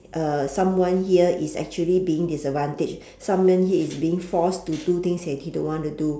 uh someone here is actually being disadvantaged someone here is being forced to do things that he don't want to do